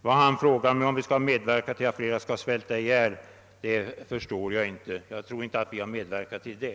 Varför han frågade mig, om vi skall medverka till att flera människor skall svälta ihjäl förstår jag inte. Jag tror inte vi har medverkat till det.